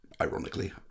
ironically